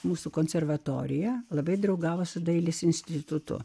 mūsų konservatoriją labai draugavo su dailės institutu